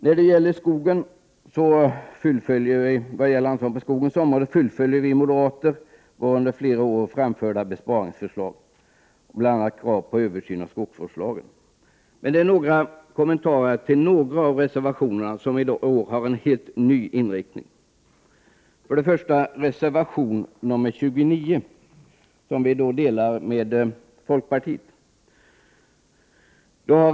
När det gäller anslagen till skogsbrukets område fullföljer vi moderater våra under flera år framförda besparingsförslag med bl.a. krav på översyn av skogsvårdslagen. Några av reservationerna har i år en helt ny inriktning. Reservation nr 29, utredningar m.m., delar vi med folkpartiet.